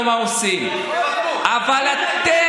נא לסיים, בבקשה, אדוני.